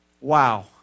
Wow